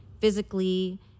physically